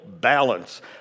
balance